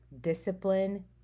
Discipline